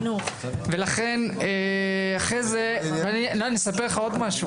אני אספר לך עוד משהו.